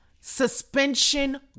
Suspension